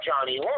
Johnny